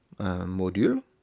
module